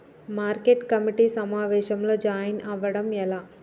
Market committee సమావేశంలో join అవ్వడం ఎలా?